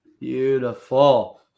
Beautiful